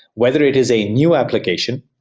whether it is a new application,